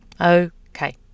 Okay